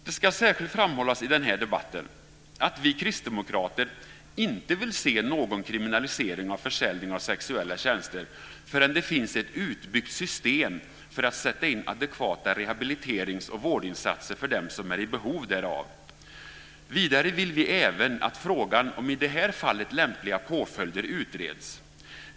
Det ska särskilt framhållas i den här debatten att vi kristdemokrater inte vill se någon kriminalisering av försäljning av sexuella tjänster förrän det finns ett utbyggt system för att sätta in adekvata rehabiliterings och vårdinsatser för dem som är i behov därav. Vidare vill vi även att frågan om i det här fallet lämpliga påföljder utreds.